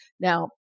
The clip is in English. Now